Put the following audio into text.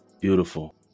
Beautiful